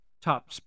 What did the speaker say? top